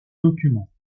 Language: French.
documents